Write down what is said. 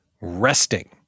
Resting